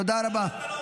תודה רבה.